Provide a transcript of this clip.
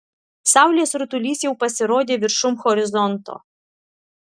saulės rutulys jau pasirodė viršum horizonto